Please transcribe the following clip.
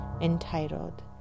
entitled